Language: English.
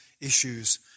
issues